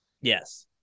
Yes